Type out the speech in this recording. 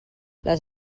les